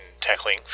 tackling